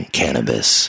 cannabis